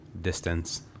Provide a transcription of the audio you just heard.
distance